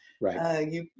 Right